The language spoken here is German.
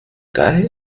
geil